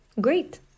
Great